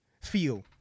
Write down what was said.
feel